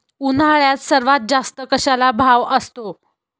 उन्हाळ्यात सर्वात जास्त कशाला भाव असतो?